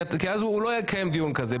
כי אז הוא לא יקיים דיון כזה.